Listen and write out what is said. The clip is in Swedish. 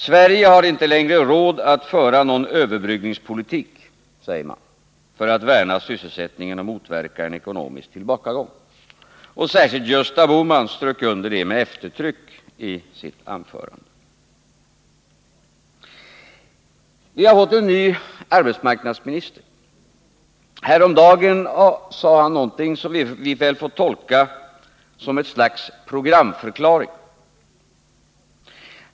Sverige har inte längre råd att föra någon överbryggningspolitik, säger man, för att värna sysselsättningen och motverka en ekonomisk tillbakagång. Särskilt Gösta Bohman strök under det med eftertryck i sitt anförande. Vi har fått en ny arbetsmarknadsminister. Häromdagen sade han någonting som vi väl får tolka som ett slags programförklaring.